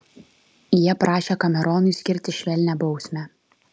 jie prašė kameronui skirti švelnią bausmę